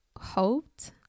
hoped